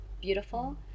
beautiful